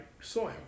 soil